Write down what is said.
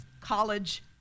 college